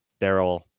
Daryl